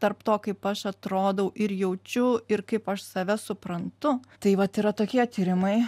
tarp to kaip aš atrodau ir jaučiu ir kaip aš save suprantu tai vat yra tokie tyrimai